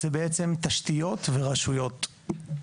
זה בעצם תשתיות ורשויות.